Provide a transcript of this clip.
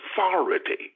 authority